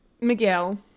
Miguel